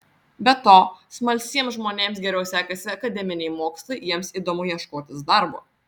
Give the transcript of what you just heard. be to smalsiems žmonėms geriau sekasi akademiniai mokslai jiems įdomu ieškotis darbo